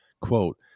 Quote